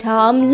Tom